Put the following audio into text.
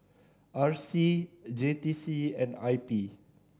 R C J T C and I P